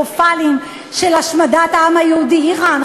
קטסטרופליים של השמדת העם היהודי: איראן,